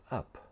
up